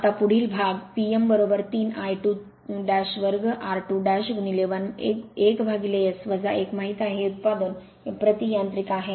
आता पुढील भाग P m 3 I22r2 1S 1 माहित आहे हे उत्पादन प्रति यांत्रिक आहे